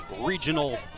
regional